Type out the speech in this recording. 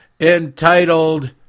entitled